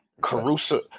Caruso